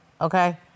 okay